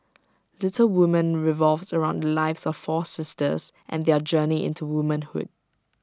Little Woman revolves around the lives of four sisters and their journey into womanhood